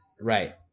Right